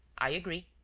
i agree.